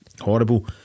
horrible